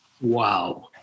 Wow